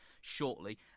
shortly